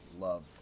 love